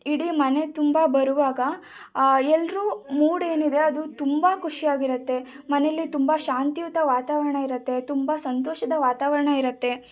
ಇಡೀ ಮನೆ ತುಂಬ ಬರುವಾಗ ಎಲ್ಲರ ಮೂಡ್ ಏನಿದೆ ಅದು ತುಂಬ ಖುಷಿಯಾಗಿರತ್ತೆ ಮನೆಯಲ್ಲಿ ತುಂಬ ಶಾಂತಿಯುತ ವಾತಾವರಣ ಇರತ್ತೆ ತುಂಬ ಸಂತೋಷದ ವಾತಾವರಣ ಇರತ್ತೆ